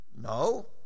No